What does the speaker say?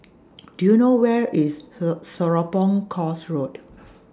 Do YOU know Where IS A Serapong Course Road